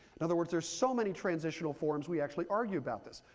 in other words, there's so many transitional forms, we actually argue about this.